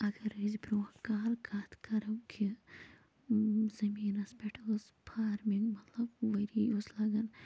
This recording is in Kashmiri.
اَگر أسۍ برٛونٛہہ کال کَتھ کَرَو کہِ زٔمیٖنَس پٮ۪ٹھ ٲسۍ فارٕمِنٛگ مطلب ؤری اوس لگان